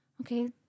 Okay